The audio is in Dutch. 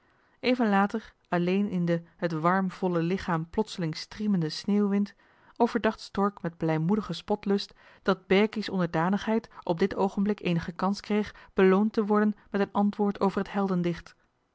even later alleen in den het warm volle lichaam plotseling striemenden sneeuw wind overdacht stork met blijmoedigen spotlust dat berkie's onderdanigheid op dit oogenblik eenige kans kreeg beloond te worden met een antwoord over het